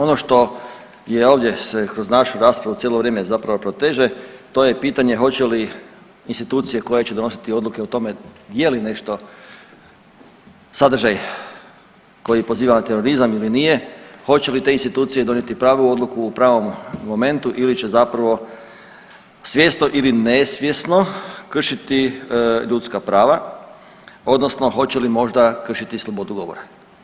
Ono što se ovdje kroz našu raspravu cijelo vrijeme zapravo proteže to je pitanje hoće li institucije koje će donositi odluke o tome je li nešto sadržaj koji poziva na terorizam ili nije, hoće li te institucije donijeti pravu odluku u pravom momentu ili će zapravo svjesno ili nesvjesno kršiti ljudska prava odnosno hoće li možda kršiti slobodu govora.